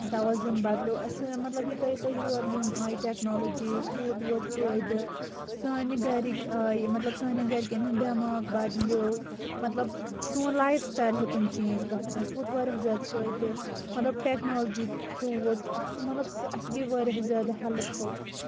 توازُن بدلیو سٲنۍ مطلب یوٗتاہ یوٗتاہ یوریِم آیہِ ٹیٚکنالوجیٖز توٗت ووت فٲیدٕ سٲنہِ گرِکۍ آیہِ مطلب سٲنیٚن گرِکیٚن ہُنٛد دٮ۪ماغ بدلیو مطلب سون لایِف سٹایل ہیوٚتُن چینج گژھُن اَسہِ ووت واریاہ زیادٕ فٲیدٕ مطلب ٹیکنالوجی تھروٗ ووت اَسہِ مطلب اَسہِ گٔیے واریاہ زیادٕ ہیلٕپ فُل